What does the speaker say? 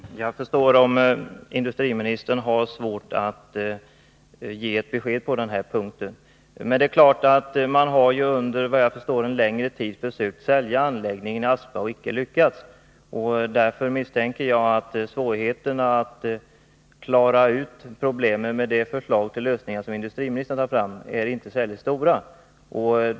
Herr talman! Jag förstår att industriministern har svårt att ge ett besked på den här punkten. Men såvitt jag kan förstå har man under en längre tid försökt sälja anläggningen i Aspa och icke lyckats. Därför misstänker jag att det är svårt att klara problemen med hjälp av de lösningar som industriministern har föreslagit.